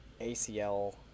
ACL